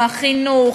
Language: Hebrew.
החינוך,